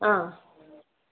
ఆ